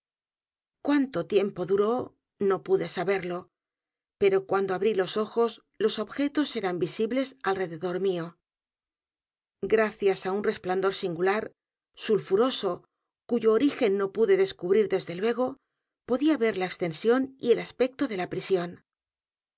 cuánto tiempo duró no puedo saberlo pero cuando abrí los ojos los objetos eran visibles alrededor mío gracias á un resplandor singular sulfuroso cuyo origen no pude descubrir desde luego podía ver la extensión y el aspecto de la prisión